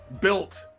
built